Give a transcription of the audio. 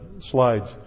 slides